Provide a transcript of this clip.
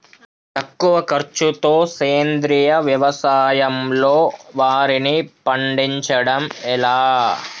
తక్కువ ఖర్చుతో సేంద్రీయ వ్యవసాయంలో వారిని పండించడం ఎలా?